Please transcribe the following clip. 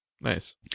Nice